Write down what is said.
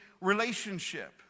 relationship